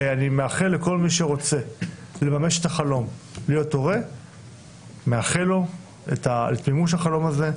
אני מאחל לכל מי שרוצה לממש את החלום להיות הורה לממש את החלום הזה.